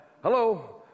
hello